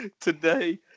Today